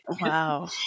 wow